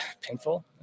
Painful